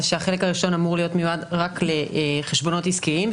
היא שהחלק הראשון אמור להיות מיועד רק לחשבונות עסקיים,